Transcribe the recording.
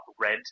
red